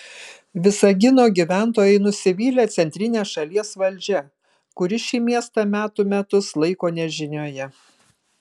visagino gyventojai nusivylę centrine šalies valdžia kuri šį miestą metų metus laiko nežinioje